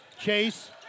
Chase